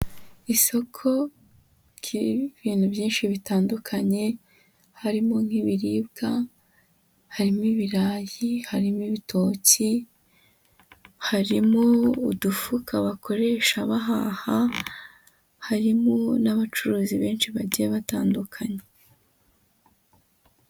Isoko ry'ibintu byinshi bitandukanye, harimo nk'ibiribwa, harimo ibirayi, harimo ibitoki, harimo udufuka bakoresha bahaha, harimo n'abacuruzi benshi bagiye batandukanye.